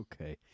Okay